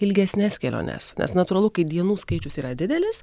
ilgesnes keliones nes natūralu kai dienų skaičius yra didelis